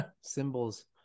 symbols